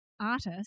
artist